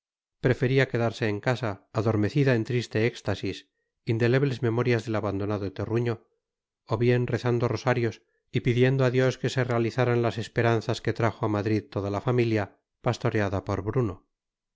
prefería quedarse en casa adormecida en triste éxtasis indelebles memorias del abandonado terruño o bien rezando rosarios y pidiendo a dios que se realizaran las esperanzas que trajo a madrid toda la familia pastoreada por bruno